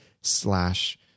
slash